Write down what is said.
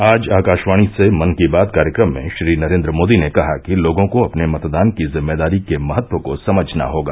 आज आकाशवाणी से मन की बात कार्यक्रम में श्री नरेन्द्र मोदी ने कहा कि लोगों को अपने मतदान की जिम्मेदारी के महत्व को समझना होगा